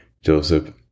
Joseph